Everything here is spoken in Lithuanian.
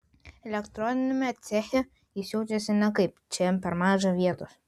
elektroniniame ceche jis jaučiasi nekaip čia jam per maža vietos